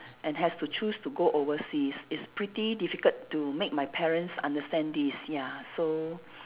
and has to choose to go overseas it's pretty difficult to make my parents understand this ya so